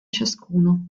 ciascuno